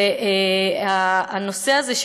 הנושא הזה,